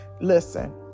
Listen